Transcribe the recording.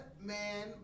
man